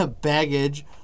baggage